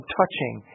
touching